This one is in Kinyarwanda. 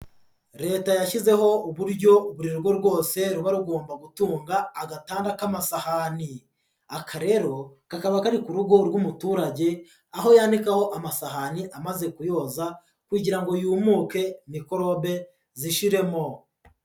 Leta yashyizeho uburyo buri rugo rwose ruba rugomba gutunga agatanda k'amasahani, aka rero kakaba kari ku rugo rw'umuturage, aho yandikaho amafahani amaze kuyoza kugira ngo yumuke mikorobe zishiremo.